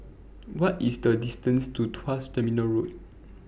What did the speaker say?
What IS The distance to Tuas Terminal Road